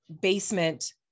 basement